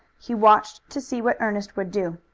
he watched to see what ernest would do.